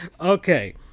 okay